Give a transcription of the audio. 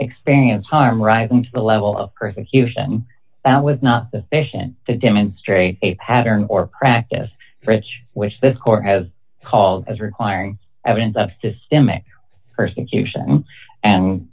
experience harm rising to the level of persecution that was not sufficient to demonstrate a pattern or practice rich which this court has called as requiring evidence of systemic persecution and